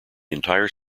entire